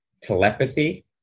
telepathy